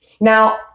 Now